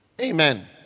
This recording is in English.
Amen